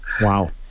Wow